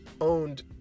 owned